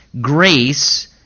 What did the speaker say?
grace